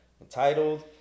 entitled